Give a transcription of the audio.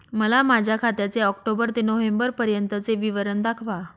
मला माझ्या खात्याचे ऑक्टोबर ते नोव्हेंबर पर्यंतचे विवरण दाखवा